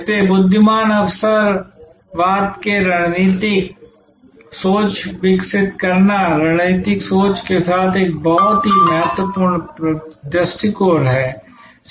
इसलिए बुद्धिमान अवसरवाद के लिए रणनीतिक सोच विकसित करना रणनीतिक सोच के लिए एक बहुत ही महत्वपूर्ण दृष्टिकोण है